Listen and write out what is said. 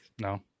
No